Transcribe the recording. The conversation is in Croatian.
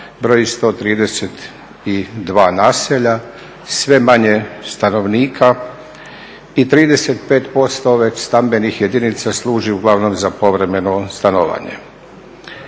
broji 132 naselja, sve manje stanovnika i 35% već stambenih jedinica služe uglavnom za povremeno stanovanje.